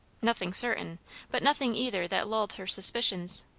nothing certain but nothing either that lulled her suspicions.